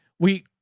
we,